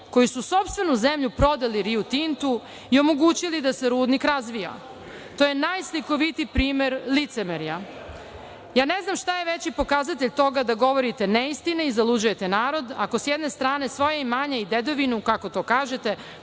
koji su sopstvenu zemlju prodali Riu Tintu i omogućili da se rudnik razvija. To je najslikovitiji primer licemerja. Ja ne znam šta je veći pokazatelj toga da govorite neistine i zaluđujete narod ako s jedne strane svoje imanje i dedovinu, kako to kažete,